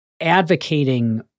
advocating